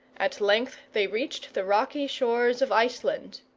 at length they reached the rocky shores of iceland.